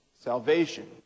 salvation